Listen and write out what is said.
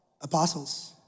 Apostles